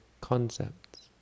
concepts